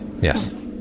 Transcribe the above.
Yes